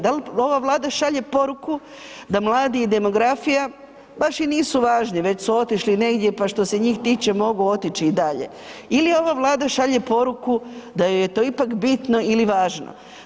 Da li ova Vlada šalje poruku da mladi i demografija baš i nisu važni već su otišli negdje pa što se njih tiče mogu otići i dalje ili ova Vlada šalje poruku da joj je to ipak bitno ili važno?